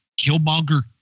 Killmonger